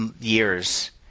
years